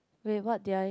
wait what did I